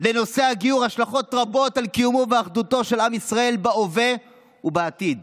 "לנושא הגיור השלכות רבות על קיומו ואחדותו של עם ישראל בהווה ובעתיד.